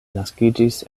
naskiĝis